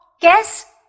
guess